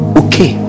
okay